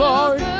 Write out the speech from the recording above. Lord